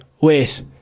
wait